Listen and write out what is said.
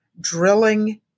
drilling